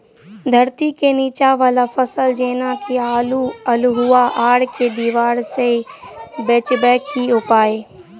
धरती केँ नीचा वला फसल जेना की आलु, अल्हुआ आर केँ दीवार सऽ बचेबाक की उपाय?